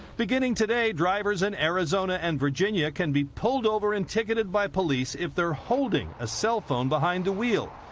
beginning today, drivers in arizona and virginia can be pulled over and ticketed by police, if they're holding a cell phone behind a wheel.